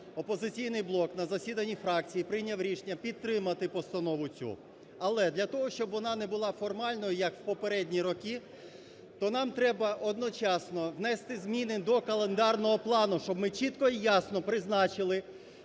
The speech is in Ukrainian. "Опозиційний блок" на засіданні фракції прийняв рішення підтримати постанову цю. Але, для того, щоб вона не була формальною, як в попередні роки, то нам треба одночасно внести зміни до календарного плану. Щоб ми чітко і ясно призначили,